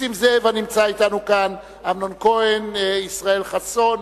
נסים זאב הנמצא אתנו כאן, אמנון כהן, ישראל חסון,